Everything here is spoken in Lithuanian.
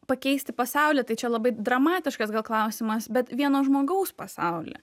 pakeisti pasaulį tai čia labai dramatiškas gal klausimas bet vieno žmogaus pasaulį